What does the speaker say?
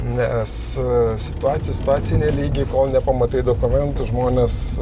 nes situacija situacijai nelygi kol nepamatai dokumentų žmonės